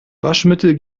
waschmittel